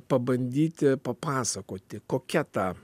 pabandyti papasakoti kokia ta